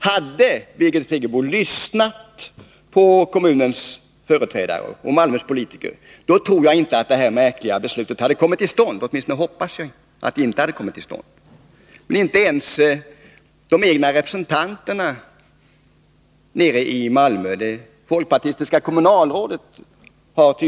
Hade Birgit Friggebo lyssnat på kommunens företrädare och Malmös politiker, tror jag inte att detta märkliga beslut hade kommit till stånd — åtminstone hoppas jag det. Men Birgit Friggebo har tydligen inte förtroende för, eller är inte på talefot med, ens den egna representanten nere i Malmö, det folkpartistiska kommunalrådet.